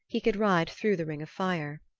he could ride through the ring of fire.